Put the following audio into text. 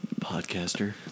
podcaster